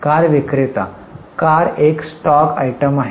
car विक्रेता car एक stock item आहे